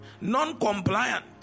non-compliant